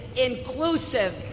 inclusive